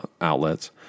outlets